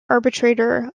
arbitrator